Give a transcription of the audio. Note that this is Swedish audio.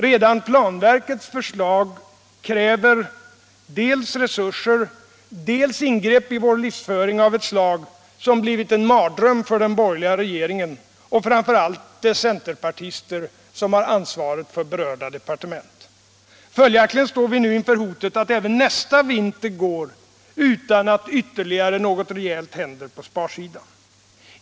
Redan planverkets förslag kräver dels resurser, dels ingrepp i vår livsföring av ett slag som blivit en mardröm för den borgerliga regeringen, och framför allt dess centerpartister, som har ansvaret för berörda departement. Följaktligen står vi nu inför hotet att även nästa vinter går utan att något ytterligare rejält händer på sparsidan.